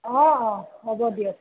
অ হ'ব দিয়ক